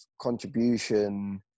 contribution